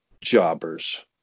jobbers